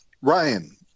Ryan